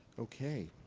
ok.